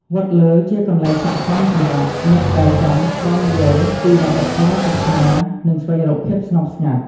វត្តលើជាកន្លែងស័ក្តិសមសម្រាប់អ្នកដែលចង់ស្វែងយល់ពីវប្បធម៌ សាសនា និងស្វែងរកភាពស្ងប់ស្ងាត់។